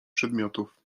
przedmiotów